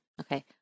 Okay